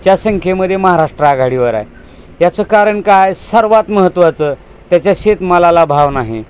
त्या संख्यमध्ये महाराष्ट्र आघाडीवर आहे याचं कारण काय सर्वात महत्त्वाचं त्याच्या शेतमालाला भाव नाही